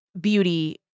beauty